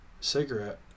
cigarette